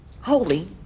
Holy